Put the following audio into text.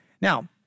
Now